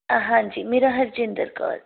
ਹਾਂਜੀ ਮੇਰਾ ਹਰਜਿੰਦਰ ਕੌਰ